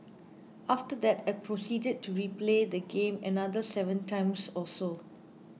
after that I proceeded to replay the game another seven times or so